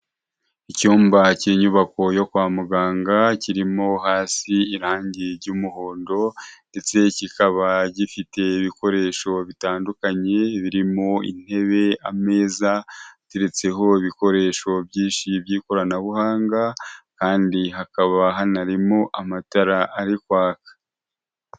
Icyumba cy'inyubako yo kwa muganga, kirimo hasi irangi ry'umuhondo, ndetse kikaba gifite ibikoresho bitandukanye, birimo intebe, ameza ateretseho ibikoresho by'ikoranabuhanga, kandi hakaba hanarimo amatara ari kwaka.